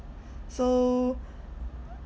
so